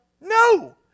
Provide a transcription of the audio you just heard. No